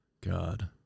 God